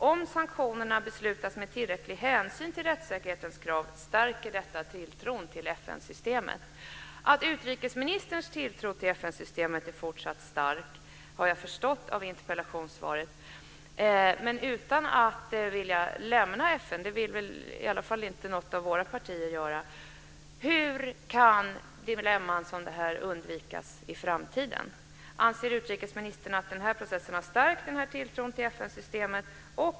Om sanktionerna beslutas med tillräcklig hänsyn till rättssäkerhetens krav stärker detta tilltron till FN-systemet. Att utrikesministerns tilltro till FN-systemet är fortsatt stark har jag förstått av interpellationssvaret. I varje fall inte något av våra partier vill lämna FN. Men utan att vilja lämna FN, hur kan dilemman som detta undvikas i framtiden? Anser utrikesministern att den här processen har stärkt tilltron till FN-systemet.